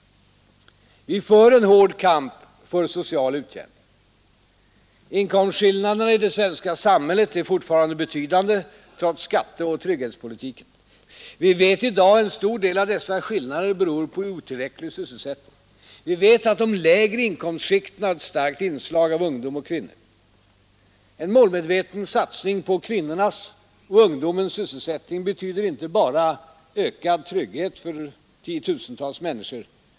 Vi för en hård kamp för social utjämning. Inkomstskillnaderna i det svenska samhället är fortfarande betydande, trots skatteoch trygghetspolitiken. Vi vet i dag att en stor del av dessa skillnader beror på otillräcklig sysselsättning. Vi vet att de lägre inkomstskikten har ett starkt inslag av ungdom och kvinnor. En målmedveten satsning på kvinnornas och ungdomens sysselsättning betyder inte bara ökad trygghet för 10 000-tals människor.